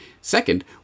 Second